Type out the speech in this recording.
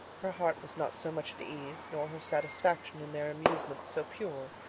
her heart was not so much at ease, nor her satisfaction in their amusements so pure.